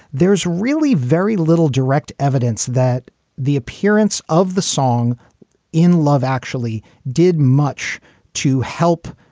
there is really very little direct evidence that the appearance of the song in love actually did much to help.